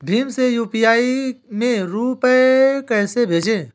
भीम से यू.पी.आई में रूपए कैसे भेजें?